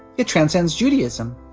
it transcends judaism.